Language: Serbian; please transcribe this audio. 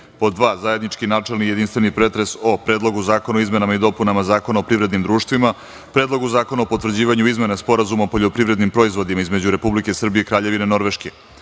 2) zajednički načelni i jedinstveni pretres o: Predlogu zakona o izmenama i dopunama Zakona o privrednim društvima, Predlogu zakona o potvrđivanju Izmene Sporazuma o poljoprivrednim proizvodima između Republike Srbije i Kraljevine Norveške,